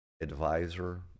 advisor